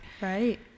Right